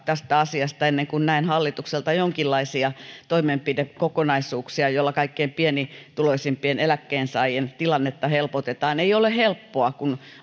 tästä asiasta ennen kuin näen hallitukselta jonkinlaisia toimenpidekokonaisuuksia joilla kaikkein pienituloisimpien eläkkeensaajien tilannetta helpotetaan ei ole helppoa kun